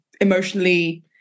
emotionally